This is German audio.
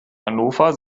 hannover